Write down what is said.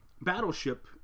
Battleship